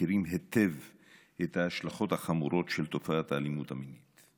מכירים היטב את ההשלכות החמורות של תופעת האלימות המינית.